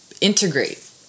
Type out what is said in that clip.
integrate